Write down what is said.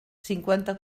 cinquanta